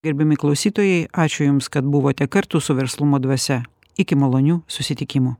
gerbiami klausytojai ačiū jums kad buvote kartu su verslumo dvasia iki malonių susitikimų